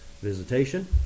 visitation